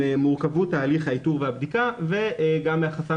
מורכבות תהליך האיתור והבדיקה וגם מהחסם